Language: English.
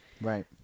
Right